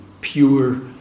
pure